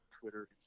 Twitter